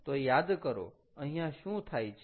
તો યાદ કરો અહીંયા શું થાય છે